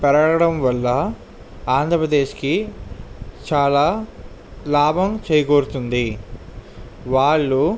పెరగడం వల్ల ఆంధ్ర ప్రదేశ్కి చాలా లాభం చేకూరుతుంది వాళ్ళు